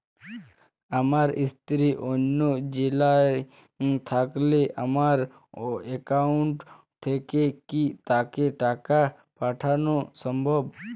আমার স্ত্রী অন্য জেলায় থাকলে আমার অ্যাকাউন্ট থেকে কি তাকে টাকা পাঠানো সম্ভব?